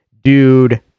dude